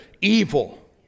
evil